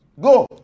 Go